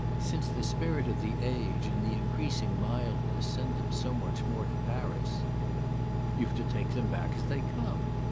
since the spirit of the age and the increasing mildness send them so much more to paris you've to take them back as they come.